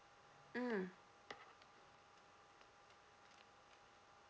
mm